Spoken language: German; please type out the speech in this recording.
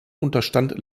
unterstand